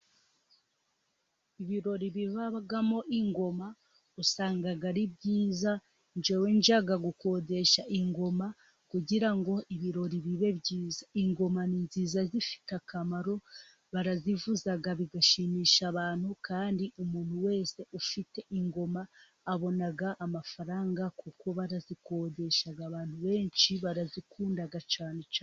Ibirori bibamo ingoma usanga ari byiza, njyewe njya gukodesha ingoma kugira ngo ibirori bibe byiza. Ingoma ni nziza zifite akamaro barazivuza bigashimisha abantu, kandi umuntu wese ufite ingoma abona amafaranga, kuko barazikodesha abantu benshi barazikunda cyane cyane.